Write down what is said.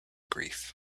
grief